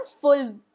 full